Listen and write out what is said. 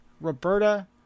Roberta